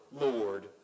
Lord